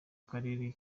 karere